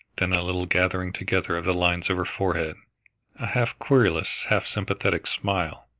then a little gathering together of the lines of her forehead, a half querulous, half sympathetic smile.